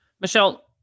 Michelle